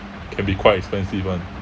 can be quite expensive [one]